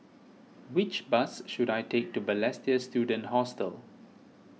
which bus should I take to Balestier Student Hostel